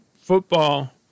Football